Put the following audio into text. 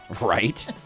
Right